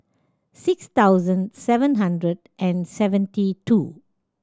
six thousand seven hundred and seventy two